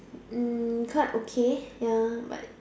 hmm quite okay ya but